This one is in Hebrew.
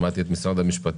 שמעתי את נציגת משרד המשפטים,